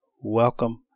welcome